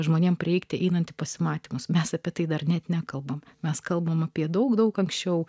žmonėms prireikti einant į pasimatymus mes apie tai dar net nekalbu mes kalbame apie daug daug anksčiau